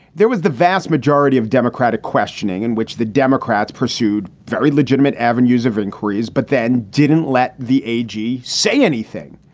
there was the vast majority of democratic questioning in which the democrats pursued very legitimate avenues of inquiries, but then didn't let the ag say anything.